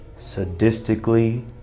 sadistically